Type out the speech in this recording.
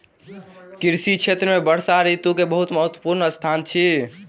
कृषि क्षेत्र में वर्षा ऋतू के बहुत महत्वपूर्ण स्थान अछि